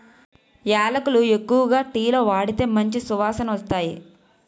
యాలకులు ఎక్కువగా టీలో వాడితే మంచి సువాసనొస్తాయి